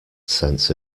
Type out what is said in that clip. sense